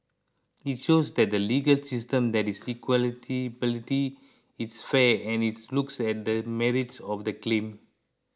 it shows that the legal system there is it's fair and it looks at the merits of the claim